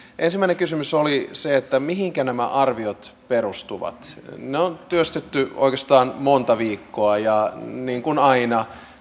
ensimmäinen kysymys oli että mihinkä nämä arviot perustuvat niitä on työstetty oikeastaan monta viikkoa ja niin kuin aina